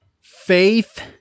Faith